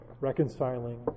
reconciling